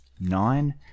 nine